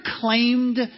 claimed